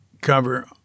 cover